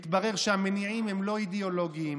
מתברר שהמניעים הם לא אידיאולוגיים,